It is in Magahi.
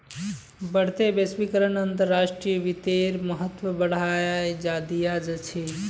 बढ़ते वैश्वीकरण अंतर्राष्ट्रीय वित्तेर महत्व बढ़ाय दिया छे